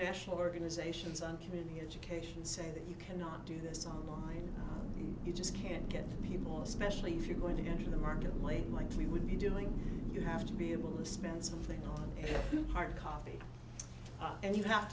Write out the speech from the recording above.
national organizations on community education say that you cannot do this online you just can't get the most specially if you're going to enter the market lane like we would be doing you have to be able to spend something on hard copy and you have